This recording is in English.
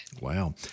Wow